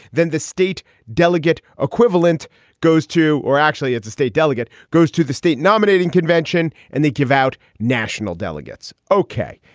then the state delegate equivalent goes to or actually it's a state delegate goes to the state nominating convention and they give out national delegates. okay.